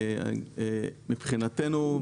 מבחינתנו,